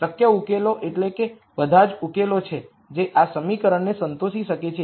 શક્ય સોલ્યુશન એટલે કે તે બધા સોલ્યુશન છે જે આ સમીકરણને સંતોષી શકે છે